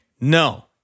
no